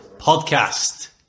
podcast